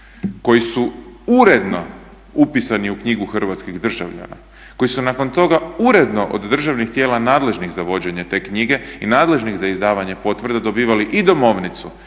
koji su uredno upisani u knjigu hrvatskih državljana, koji su nakon toga uredno od državnih tijela nadležnih za vođenje te knjige i nadležnih za izdavanje potvrda dobivali i domovnicu